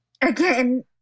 Again